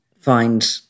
find